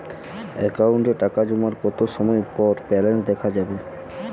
অ্যাকাউন্টে টাকা জমার কতো সময় পর ব্যালেন্স দেখা যাবে?